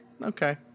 Okay